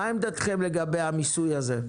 מה עמדתכם לגבי המיסוי הזה?